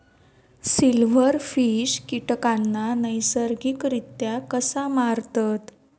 Silverfish कीटकांना नैसर्गिकरित्या कसा मारतत?